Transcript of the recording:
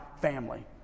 family